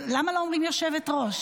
למה לא אומרים יושבת-ראש?